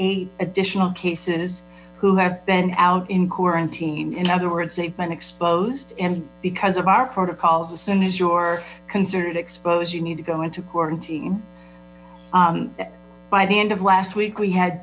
eight additional cases who have been out in quarantine in other words they've been exposed and because of our protocols as soon as you're considered exposed you need to go into quarantine by the end of last week we had